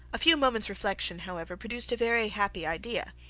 a few moments' reflection, however, produced a very happy idea,